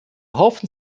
hoffen